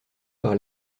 par